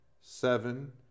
seven